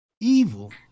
Evil